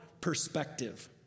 perspective